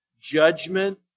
judgment